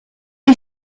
est